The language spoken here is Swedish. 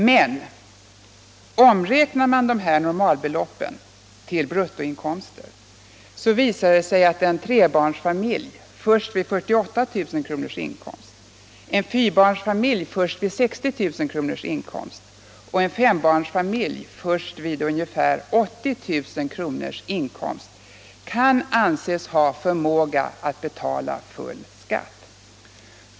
Men om man omräknar dessa normalbelopp till bruttoinkomster visar det sig att en trebarnsfamilj först vid 48 000 kronors inkomst, en fyrbarnsfamilj först vid 60 000 kronors inkomst och en fembarnsfamilj först vid ca 80 000 kronors inkomst kan anses ha förmåga att betala full skatt.